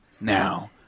now